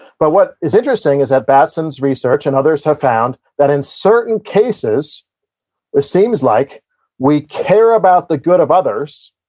but, what is interesting is that batson's research, and others have found, that in certain cases it seems like we care about the good of others,